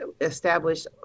established